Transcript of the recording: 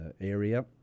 area